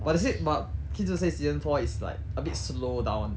but does it but ki zhi say season four is like a bit slow down